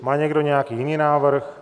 Má někdo nějaký jiný návrh?